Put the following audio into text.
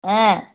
ஆ